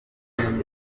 babigize